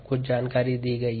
कुछ जानकारी दी गई है